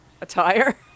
attire